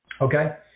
Okay